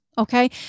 Okay